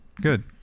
Good